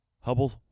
Hubble